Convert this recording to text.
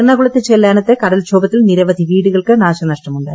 എറണാകുളത്തെ ചെല്ലാനത്ത് കടൽക്ഷോഭത്തിൽ നിരവധി വീടുകൾക്ക് നാശനഷ്ടം ഉണ്ടായി